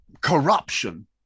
corruption